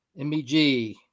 MBG